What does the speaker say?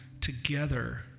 Together